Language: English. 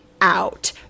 out